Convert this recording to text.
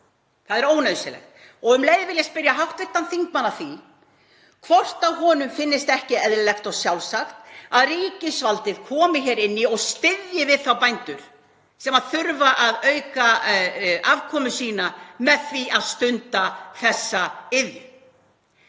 Það er ónauðsynlegt. Um leið vil ég spyrja hv. þingmann að því hvort honum finnist ekki eðlilegt og sjálfsagt að ríkisvaldið komi hér inn í og styðji við þá bændur sem þurfa að auka afkomu sína með því að stunda þessa iðju.